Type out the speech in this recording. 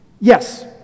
Yes